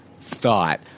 thought